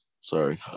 sorry